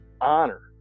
honor